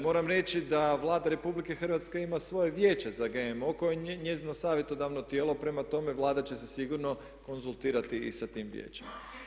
Moram reći da Vlada RH ima svoje vijeće za GMO koje je njezino savjetodavno tijelo, prema tome Vlada će se sigurno konzultirati i sa tim vijećem.